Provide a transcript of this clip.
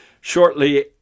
Shortly